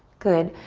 good.